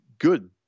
good